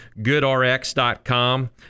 GoodRx.com